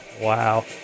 wow